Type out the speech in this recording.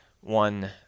one